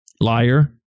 Liar